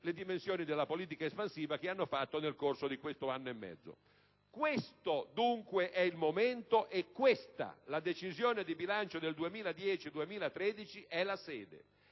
le dimensioni della politica espansiva che hanno fatto nel corso di questo anno e mezzo. Questo dunque è il momento e questa - la decisione di bilancio per il 2010-2013 - è la sede.